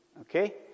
Okay